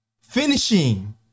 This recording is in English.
finishing